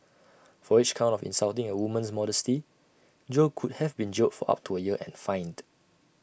for each count of insulting A woman's modesty Jo could have been jailed for up to A year and fined